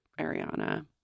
Ariana